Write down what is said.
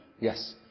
Yes